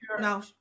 no